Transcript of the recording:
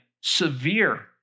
severe